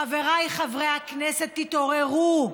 חבריי חברי הכנסת, תתעוררו,